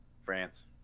France